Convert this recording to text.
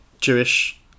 Jewish